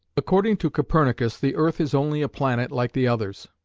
according to copernicus the earth is only a planet like the others,